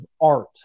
art